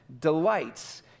delights